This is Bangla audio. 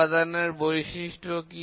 উপাদান এর বৈশিষ্ট্য কি